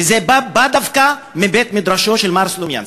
וזה בא דווקא מבית-מדרשו של מר סלומינסקי.